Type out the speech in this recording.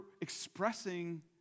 expressing